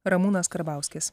ramūnas karbauskis